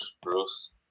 Bruce